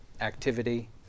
activity